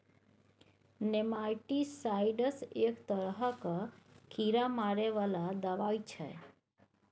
nematicides एक तरहक कीड़ा मारै बला दबाई छै